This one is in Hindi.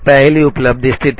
पहली उपलब्ध स्थिति